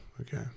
okay